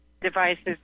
devices